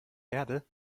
erde